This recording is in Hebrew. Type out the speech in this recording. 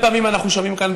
הרבה פעמים אנחנו שומעים כאן,